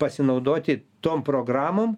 pasinaudoti tom programom